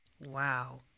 Wow